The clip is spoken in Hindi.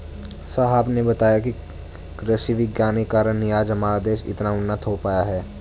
साहब ने बताया कि कृषि विज्ञान के कारण ही आज हमारा देश इतना उन्नत हो पाया है